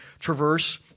traverse